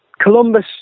Columbus